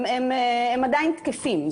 הם עדיין תקפים.